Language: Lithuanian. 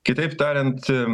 kitaip tariant